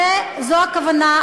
זו הכוונה.